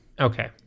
Okay